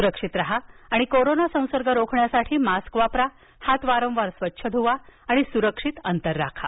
सुरक्षित राहा आणि कोरोना संसर्ग रोखण्यासाठी मास्क वापरा हात वारंवार स्वच्छ धुवा सुरक्षित अंतर ठेवा